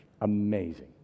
Amazing